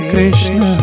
Krishna